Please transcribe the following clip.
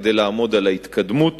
כדי לעמוד על ההתקדמות